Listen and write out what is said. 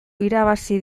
irabazi